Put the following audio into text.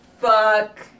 Fuck